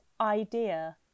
idea